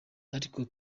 ariko